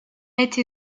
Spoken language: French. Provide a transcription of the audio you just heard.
été